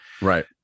Right